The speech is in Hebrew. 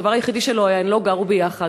הדבר היחידי שלא היה, הם לא גרו ביחד.